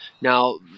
Now